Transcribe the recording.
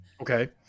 Okay